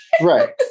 right